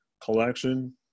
collection